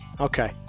Okay